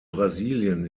brasilien